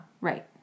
Right